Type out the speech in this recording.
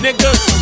Niggas